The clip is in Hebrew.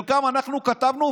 את חלקם אנחנו כתבנו,